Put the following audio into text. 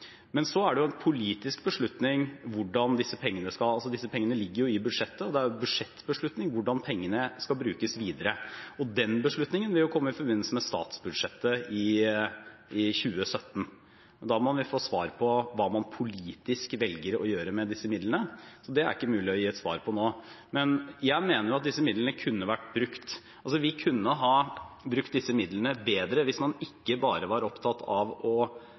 Disse pengene ligger i budsjettet, det er en budsjettbeslutning hvordan de skal brukes videre, og den beslutningen vil jo komme i forbindelse med statsbudsjettet i 2017. Da vil man få svar på hva man politisk velger å gjøre med disse midlene, så det er det ikke mulig å gi et svar på nå. Jeg mener jo at disse midlene kunne ha vært brukt bedre hvis man ikke bare var opptatt av å bevilge pengene, men også var opptatt av å